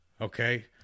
Okay